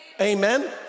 Amen